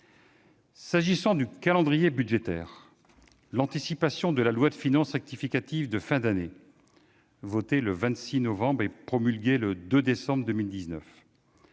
J'en viens au calendrier budgétaire. L'anticipation de la loi de finances rectificative de fin d'année, adoptée le 26 novembre et promulguée le 2 décembre 2019,